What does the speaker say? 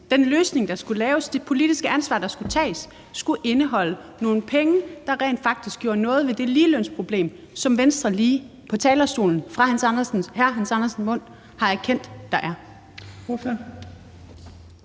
den løsning, der skulle laves, det politiske ansvar, der skulle tages, skulle indeholde nogle penge, der rent faktisk gjorde noget ved det ligelønsproblem, som Venstre lige på talerstolen fra hr. Hans Andersens mund har erkendt der er.